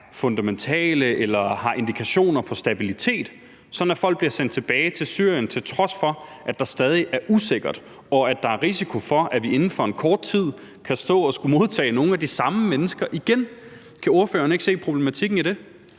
fundamentale eller har indikationer af stabilitet? Så når folk bliver sendt tilbage til Syrien, til trods for at der stadig er usikkert, og at der er risiko for, at vi inden for kort tid kan stå og skulle modtage nogle af de samme mennesker igen, kan ordføreren så ikke se problematikken i det?